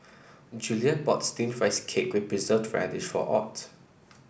Juliet bought steamed Rice Cake with Preserved Radish for Ott